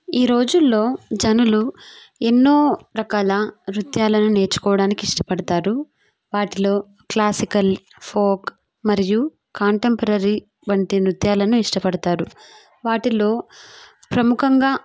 ఈ రోజుల్లో జనులు ఎన్నో రకాల నృత్యాలను నేర్చుకోవడానికి ఇష్టపడతారు వాటిలో క్లాసికల్ ఫోక్ మరియు కాంటెంపరరీ వంటి నృత్యాలను ఇష్టపడతారు వాటిల్లో ప్రముఖంగా